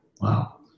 wow